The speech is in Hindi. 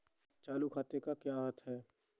चालू खाते का क्या अर्थ है?